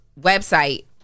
website